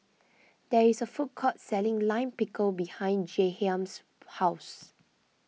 there is a food court selling Lime Pickle behind Jahiem's house